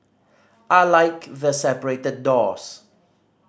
I like the separated doors